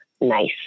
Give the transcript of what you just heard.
nice